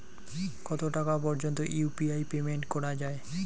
কত টাকা পর্যন্ত ইউ.পি.আই পেমেন্ট করা যায়?